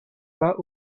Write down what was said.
pas